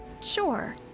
Sure